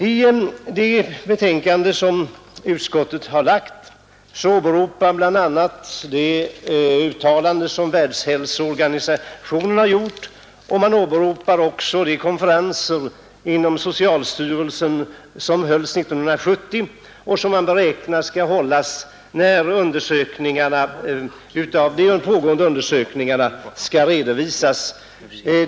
I det betänkande som utskottet har framlagt åberopas bl.a. det uttalande som Världshälsoorganisationen har gjort och de konferenser inom socialstyrelsen som hölls 1970 och som man beräknar skall hållas när de pågående undersökningarna skall redovisas.